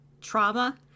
trauma